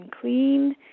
clean